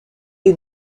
les